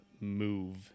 move